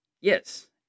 Yes